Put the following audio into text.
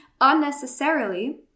unnecessarily